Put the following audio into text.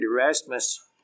Erasmus